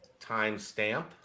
timestamp